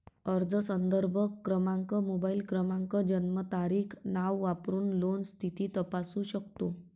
अर्ज संदर्भ क्रमांक, मोबाईल क्रमांक, जन्मतारीख, नाव वापरून लोन स्थिती तपासू शकतो